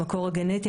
המקור הגנטי.